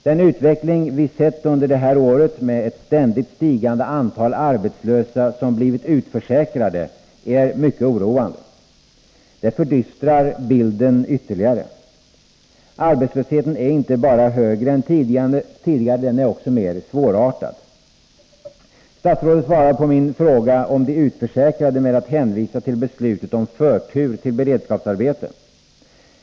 Den utveckling vi sett under det här året, med ett ständigt stigande antal arbetslösa som blivit utförsäkrade, är mycket oroande. Det fördystrar bilden ytterligare. Arbetslösheten är inte bara högre än tidigare, den är också mer svårartad. Statsrådet svarar på min fråga om de utförsäkrade genom att hänvisa till beslutet om förtur till beredskapsarbete.